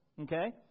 okay